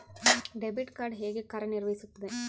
Debit card ಹೇಗೆ ಕಾರ್ಯನಿರ್ವಹಿಸುತ್ತದೆ?